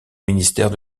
ministère